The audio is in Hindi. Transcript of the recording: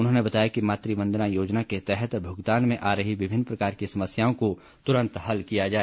उन्होंने बताया कि मात वंदना योजना के तहत भूगतान में आ रही विभिन्न प्रकार की समस्याओं को तुरन्त हल किया जाए